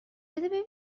بده